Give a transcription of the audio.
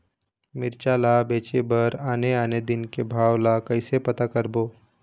मिरचा ला बेचे बर आने आने दिन के भाव ला कइसे पता करबो?